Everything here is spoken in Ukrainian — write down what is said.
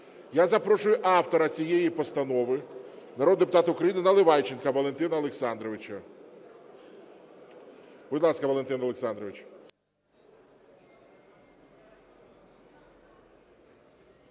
Я запрошую автора цієї постанови – народного депутата Наливайченка Валентина Олександровича. Будь ласка, Валентин Олександрович.